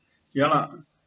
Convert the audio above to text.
ya lah